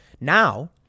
Now